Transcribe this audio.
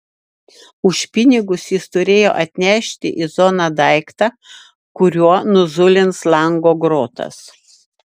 už pinigus jis turėjo atnešti į zoną daiktą kuriuo nuzulins lango grotas